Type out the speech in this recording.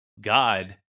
God